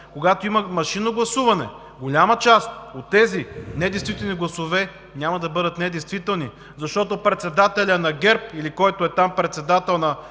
Когато има машинно гласуване, голяма част от тези недействителни гласове няма да бъдат недействителни, защото председателят на ГЕРБ или който е там председател,